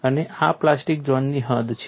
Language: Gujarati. અને આ પ્લાસ્ટિક ઝોનની હદ છે